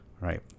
right